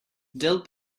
dill